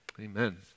Amen